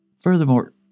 furthermore